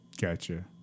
Gotcha